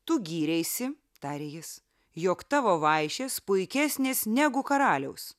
tu gyreisi tarė jis jog tavo vaišės puikesnės negu karaliaus